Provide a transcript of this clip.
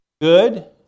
good